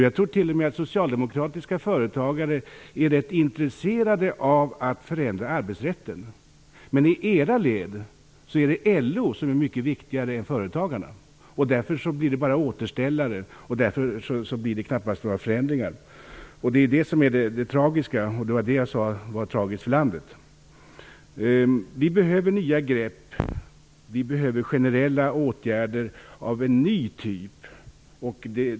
Jag tror till och med att socialdemokratiska företagare är rätt intresserade av att förändra arbetsrätten. Men i era led är LO mycket viktigare än företagarna. Därför blir det bara återställare och knappast några förändringar. Det är det som är det tragiska, och det var det jag sade var tragiskt för landet. Vi behöver nya grepp. Vi behöver generella åtgärder av en ny typ.